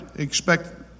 expect